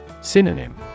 Synonym